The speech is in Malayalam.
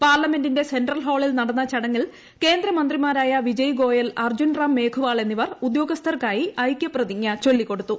പാർലമെന്റിന്റെ സെൻട്രൽ ഹാളിൽ നടന്ന ചടങ്ങിൽ കേന്ദ്രമന്ത്രിമാരായ വിജയ്ഗോയൽ അർജുൻ റാം മേഘ്വാൾ എന്നിവർ ഉദ്യോഗസ്ഥർക്കായി ഐക്യപ്രതിജ്ഞ ചൊല്ലിക്കൊടുത്തു